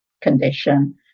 condition